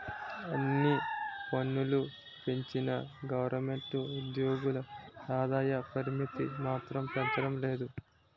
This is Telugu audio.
అన్ని పన్నులూ పెంచిన గవరమెంటు ఉజ్జోగుల ఆదాయ పరిమితి మాత్రం పెంచడం లేదు